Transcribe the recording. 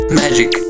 magic